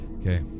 okay